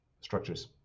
structures